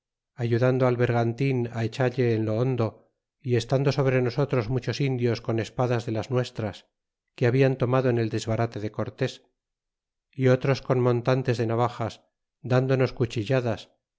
ayudando al bergantín echalle en lo hondo y estando sobre nosotros muchos indios con espadas de las nuestras que habian tomado en el desbarate de cortes y otros con montantes de navajas dndonos cuchilladas